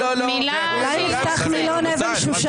אולי נפתח מילון אבן שושן,